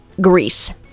Greece